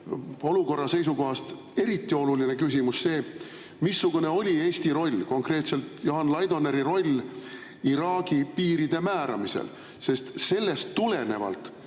olukorra seisukohast eriti oluline küsimus, missugune oli Eesti roll, konkreetselt Johan Laidoneri roll Iraagi piiride määramisel, sest sellest tulenevalt